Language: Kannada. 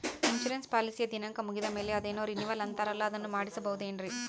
ಇನ್ಸೂರೆನ್ಸ್ ಪಾಲಿಸಿಯ ದಿನಾಂಕ ಮುಗಿದ ಮೇಲೆ ಅದೇನೋ ರಿನೀವಲ್ ಅಂತಾರಲ್ಲ ಅದನ್ನು ಮಾಡಿಸಬಹುದೇನ್ರಿ?